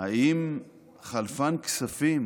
האם חלפן כספים